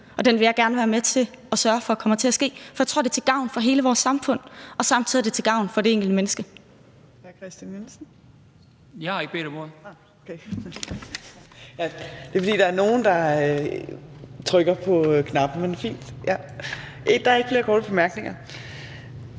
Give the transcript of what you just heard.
og den vil jeg gerne være med til at sørge for kommer til at ske. For jeg tror, det er til gavn for hele vores samfund, og samtidig er det til gavn for det enkelte menneske. Kl. 18:40 Fjerde næstformand (Trine Torp): Der er ikke flere korte bemærkninger.